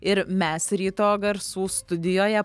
ir mes ryto garsų studijoje